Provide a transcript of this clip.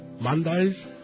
Mondays